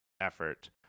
effort